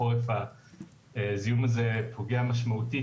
בחורף הזיהום הזה פוגע משמעותית,